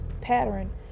pattern